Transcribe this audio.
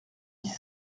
dix